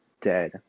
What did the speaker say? dead